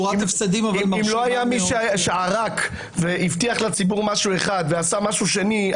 אם לא היה מישהו שערק והבטיח לציבור משהו אחד ועשה משהו שני,